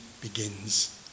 begins